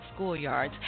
schoolyards